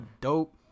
dope